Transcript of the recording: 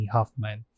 Hoffman